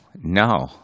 No